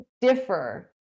differ